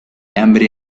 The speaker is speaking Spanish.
hambre